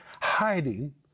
hiding